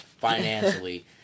financially